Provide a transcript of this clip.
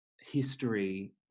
history